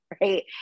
Right